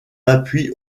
appui